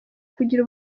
kugira